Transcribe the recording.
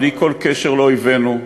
בלי כל קשר לאויבינו,